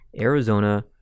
Arizona